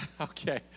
Okay